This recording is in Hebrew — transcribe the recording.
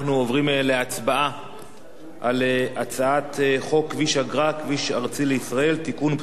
אנחנו עוברים להצבעה על הצעת חוק כביש אגרה (כביש ארצי לישראל) (תיקון,